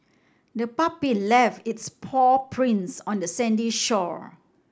the puppy left its paw prints on the sandy shore